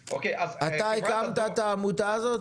אתה הקמת את העמותה הזאת?